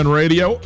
radio